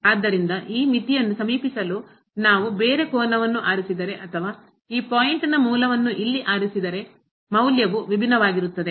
ಆದ್ದರಿಂದ ಈ ಮಿತಿಯನ್ನು ಸಮೀಪಿಸಲು ನಾವು ಬೇರೆ ಕೋನವನ್ನು ಆರಿಸಿದರೆ ಅಥವಾ ಈ ಪಾಯಿಂಟ್ ನ ಮೂಲವನ್ನು ಇಲ್ಲಿ ಆರಿಸಿದರೆ ಮೌಲ್ಯವು ವಿಭಿನ್ನವಾಗಿರುತ್ತದೆ